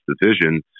division